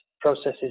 processes